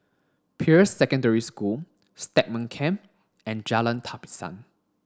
Peirce Secondary School Stagmont Camp and Jalan Tapisan